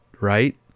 right